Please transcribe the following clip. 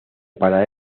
para